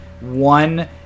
One